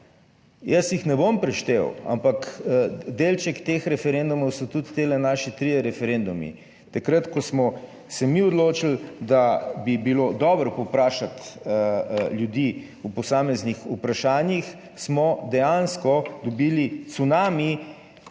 jaz jih ne bom preštel, ampak delček teh referendumov so tudi ti naši trije referendumi. Takrat ko smo se mi odločili, da bi bilo dobro povprašati ljudi o posameznih vprašanjih, smo dejansko dobili cunami